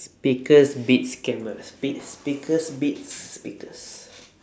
speakers beats camera speak speakers beats speakers